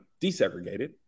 desegregated